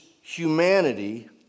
humanity